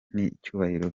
n’icyubahiro